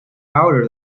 powder